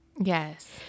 Yes